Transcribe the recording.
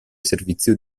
servizio